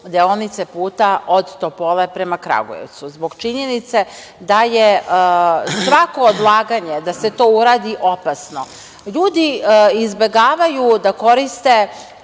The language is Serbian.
deonice puta od Topole prema Kragujevcu. Zbog činjenice da je svako odlaganje da se to uradi opasno, ljudi izbegavaju da koriste